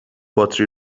باتری